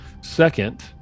second